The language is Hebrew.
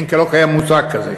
לא קיים מושג כזה.